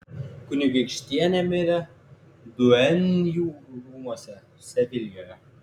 kunigaikštienė mirė duenjų rūmuose sevilijoje